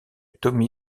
tommy